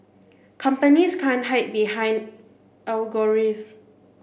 companies can't hide behind algorithms